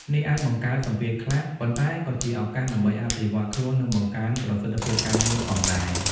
នេះអាចបង្កើតសម្ពាធខ្លះ ប៉ុន្តែក៏ជាឱកាសដើម្បីអភិវឌ្ឍខ្លួន និងបង្កើនប្រសិទ្ធភាពការងារផងដែរ។